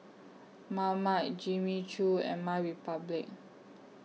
Marmite Jimmy Choo and MyRepublic